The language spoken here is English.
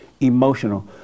Emotional